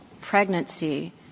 pregnancy